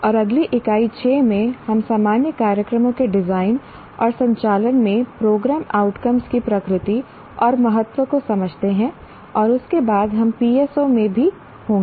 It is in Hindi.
और अगली इकाई 6 में हम सामान्य कार्यक्रमों के डिजाइन और संचालन में प्रोग्राम आउटकम्स की प्रकृति और महत्व को समझते हैं और उसके बाद हम PSO में भी होंगे